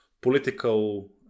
political